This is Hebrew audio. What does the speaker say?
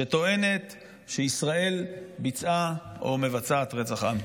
שטוענת שישראל ביצעה או מבצעת רצח עם.